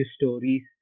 stories